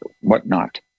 whatnot